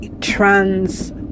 trans